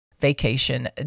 vacation